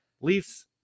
Leafs